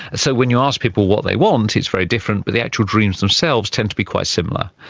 so when you ask people what they want and it's very different, but the actual dreams themselves tend to be quite similar.